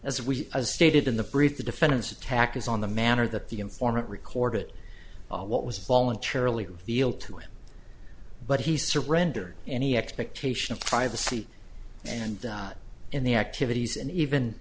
as we stated in the brief the defendant's attack is on the manner that the informant recorded what was voluntarily revealed to him but he surrendered any expectation of privacy and in the activities and even